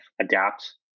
adapt